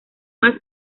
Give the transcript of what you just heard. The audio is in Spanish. más